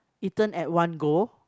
eaten at one go